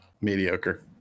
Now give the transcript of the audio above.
mediocre